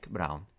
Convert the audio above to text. Brown